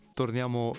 torniamo